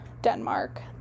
Denmark